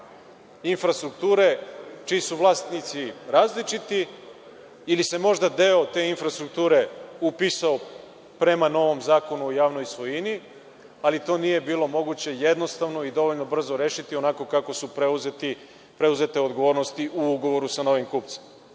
infrastrukture čiji su vlasnici različiti, ili se možda deo te infrastrukture upisao prema novom Zakonu o javnoj svojini, ali to nije bilo moguće jednostavno i dovoljno brzo rešiti, onako kako su preuzete odgovornosti u ugovoru sa novim kupcem. Evo,